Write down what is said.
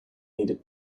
needed